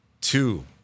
Two